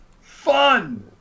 fun